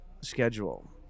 schedule